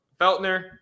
Feltner